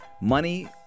Money